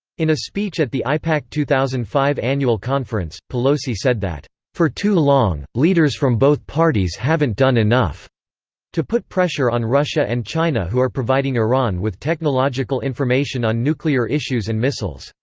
in a speech at the aipac two thousand and five annual conference, pelosi said that for too long, leaders from both parties haven't done enough to put pressure on russia and china who are providing iran with technological information on nuclear issues and missiles.